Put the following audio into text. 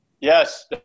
Yes